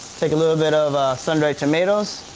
take a little bit of sun dried tomato,